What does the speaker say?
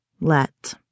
let